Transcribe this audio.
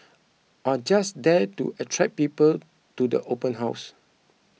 are just there to attract people to the open house